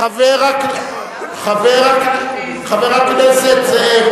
חבר הכנסת זאב,